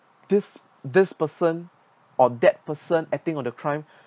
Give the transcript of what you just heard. this this person or that person acting on the crime